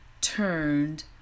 turned